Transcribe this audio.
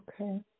Okay